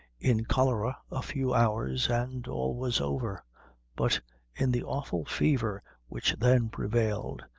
in cholera, a few hours, and all was over but in the awful fever which then prevailed,